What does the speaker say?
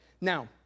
Now